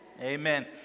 Amen